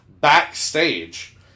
backstage